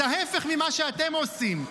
את ההפך ממה שאתם עושים.